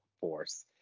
Force